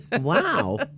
Wow